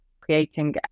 creating